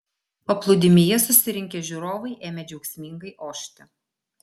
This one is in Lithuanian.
paplūdimyje susirinkę žiūrovai ėmė džiaugsmingai ošti